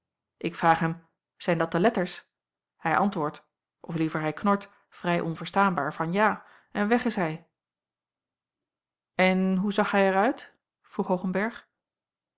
ik vraag hem zijn dat de letters hij antwoord of liever hij knort vrij onverstaanbaar van ja en weg is hij en hoe zag hij er uit vroeg hoogenberg